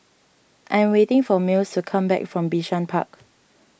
I am waiting for Mills to come back from Bishan Park